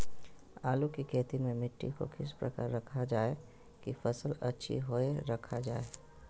आलू की खेती में मिट्टी को किस प्रकार रखा रखा जाए की फसल अच्छी होई रखा जाए?